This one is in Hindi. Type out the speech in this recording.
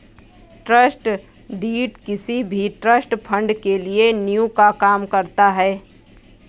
ट्रस्ट डीड किसी भी ट्रस्ट फण्ड के लिए नीव का काम करता है